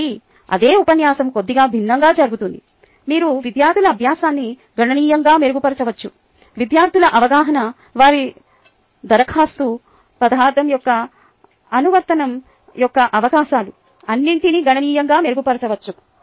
కాబట్టి అదే ఉపన్యాసం కొద్దిగా భిన్నంగా జరుగుతుంది మీరు విద్యార్థుల అభ్యాసాన్ని గణనీయంగా మెరుగుపరచవచ్చు విద్యార్థుల అవగాహన వారి దరఖాస్తు పదార్థం యొక్క అనువర్తనం యొక్క అవకాశాలు అన్నింటినీ గణనీయంగా మెరుగుపరచవచ్చు